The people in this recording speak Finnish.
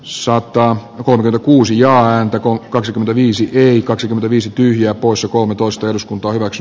suokkaan terry kuusi ja antakoon kaksikymmentäviisi löi kaksi viisi tyhjää poissa kolmetoista ylös kun pohjois